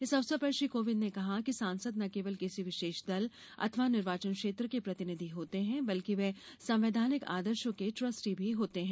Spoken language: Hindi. इस अवसर पर श्री कोविन्द ने कहा कि सांसद न केवल किसी विशेष दल अथवा निर्वाचन क्षेत्र के प्रतिनिधि होते हैं बल्कि वे संवैधानिक आदर्शों के ट्रस्टी भी होते हैं